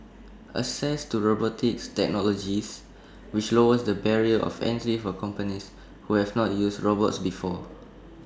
access to robotics technologies which lowers the barrier of entry for companies who have not used robots before